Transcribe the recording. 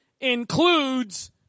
includes